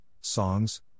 songs